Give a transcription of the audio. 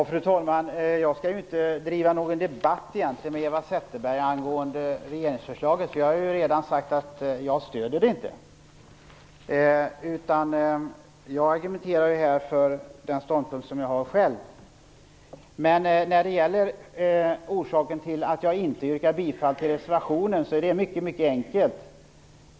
Fru talman! Jag skall egentligen inte driva något debatt med Eva Zetterberg angående regeringsförslaget. Jag har ju redan sagt att jag inte stöder det. Jag argumenterar ju här för min egen ståndpunkt. Orsaken till att jag inte yrkar bifall till reservationen är mycket enkel.